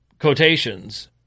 quotations